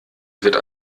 wird